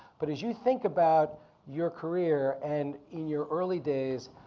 but as you think about your career and in your early days,